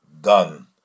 done